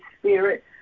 Spirit